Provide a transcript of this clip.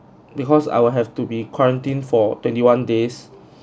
because I will have to be quarantined for twenty one days